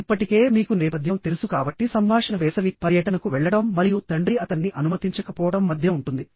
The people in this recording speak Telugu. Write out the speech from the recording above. ఇప్పటికే మీకు నేపథ్యం తెలుసు కాబట్టి సంభాషణ వేసవి పర్యటనకు వెళ్లడం మరియు తండ్రి అతన్ని అనుమతించకపోవడం మధ్య ఉంటుంది